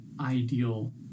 ideal